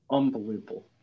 Unbelievable